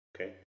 Okay